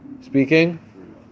speaking